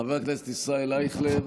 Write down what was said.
חבר הכנסת ישראל אייכלר,